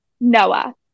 Noah